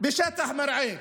בשטח מרעה.